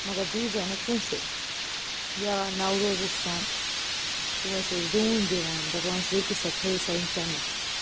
مگر دیٖزیو نہٕ کٲنٛسے یا نَو روز اوس آسان تِم ٲسۍ اَسہِ ڈوٗنۍ دِوان دَپان ٲسۍ رٔٹِو سا تھٲیو سا یِم چنٛدس